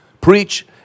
Preach